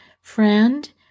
friend